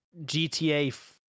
gta